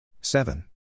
seven